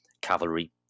Cavalry